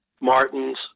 Martins